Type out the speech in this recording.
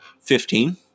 Fifteen